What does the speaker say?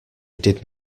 did